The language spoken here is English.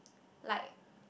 like